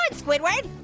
and squidward?